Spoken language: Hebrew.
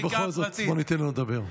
ובכל זאת, בוא ניתן לו לדבר.